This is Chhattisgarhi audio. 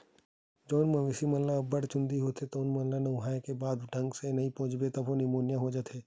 जउन मवेशी म अब्बड़ के चूंदी होथे तउन ल नहुवाए के बाद बने ढंग ले नइ पोछबे तभो निमोनिया बेमारी हो जाथे